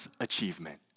achievement